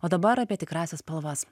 o dabar apie tikrąsias spalvas